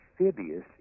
amphibious